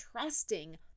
trusting